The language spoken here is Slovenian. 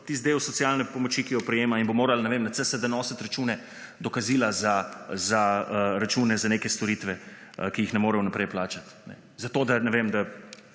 tisti del socialne pomoči, ki jo prejema in bo morala na CSD nositi račune, dokazila za račune za neke storitve, ki jih ne more v naprej plačati zato, da otroku ne